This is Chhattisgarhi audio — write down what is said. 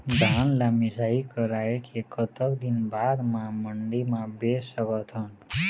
धान ला मिसाई कराए के कतक दिन बाद मा मंडी मा बेच सकथन?